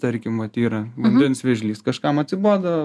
tarkim vat yra vandens vėžlys kažkam atsibodo